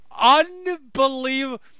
unbelievable